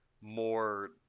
more